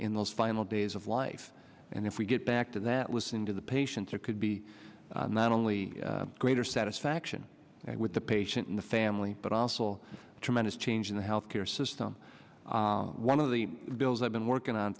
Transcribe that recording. in those final days of life and if we get back to that listening to the patients it could be not only greater satisfaction with the patient in the family but also tremendous change in the health care system one of the bills i've been working on